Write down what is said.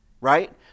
right